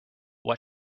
what